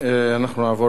אנחנו נעבור לדיון.